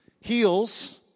heals